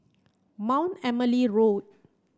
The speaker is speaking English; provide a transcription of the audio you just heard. Mount Emily Road